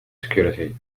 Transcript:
security